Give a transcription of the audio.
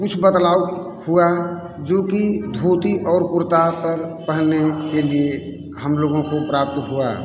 कुछ बदलाव हुआ जो कि धोती और कुर्ता पर पहनने के लिए हम लोगों को प्राप्त हुआ